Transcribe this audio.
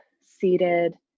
seated